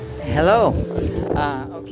Hello